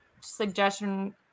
suggestion